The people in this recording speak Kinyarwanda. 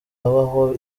habaho